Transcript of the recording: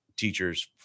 teachers